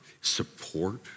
support